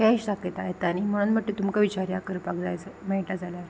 cash दाखयता येता न्ही म्हणून म्हटल्यार तुमकां विचार करपाक जाय मेयटा जाल्यार